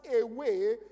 away